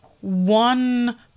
one